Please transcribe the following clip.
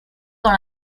dans